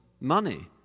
money